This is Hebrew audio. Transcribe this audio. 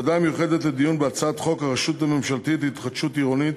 הוועדה המיוחדת לדיון בהצעת חוק הרשות הממשלתית להתחדשות עירונית,